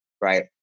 right